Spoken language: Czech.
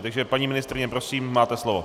Takže paní ministryně, prosím máte slovo.